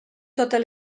totes